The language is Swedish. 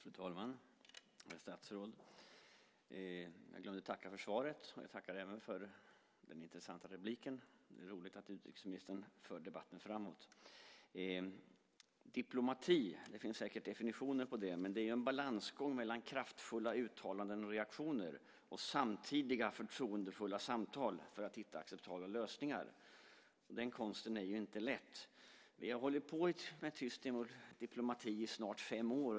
Fru talman! Herr statsråd! Jag glömde att tacka för svaret. Jag tackar även för den intressanta repliken. Det är roligt att utrikesministern för debatten framåt. Det finns säkert flera definitioner på diplomati, men det är en balansgång mellan kraftfulla uttalanden och reaktioner och samtidiga förtroendefulla samtal för att hitta acceptabla lösningar. Den konsten är inte lätt. Vi har hållit på med tyst diplomati i snart fem år.